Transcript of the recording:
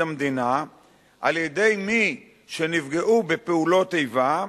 המדינה על-ידי מי שנפגעו בפעולות איבה,